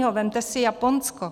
Vemte si Japonsko.